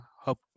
hope